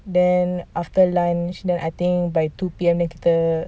then after lunch then I think by two P_M then kita